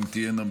אם תהיינה,